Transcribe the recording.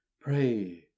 pray